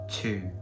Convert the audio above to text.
two